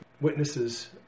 witnesses